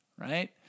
right